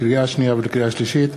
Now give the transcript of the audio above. לקריאה שנייה ולקריאה שלישית: